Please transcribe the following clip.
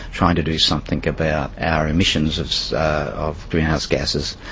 trying to do something about our emissions of of greenhouse gases,